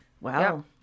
Wow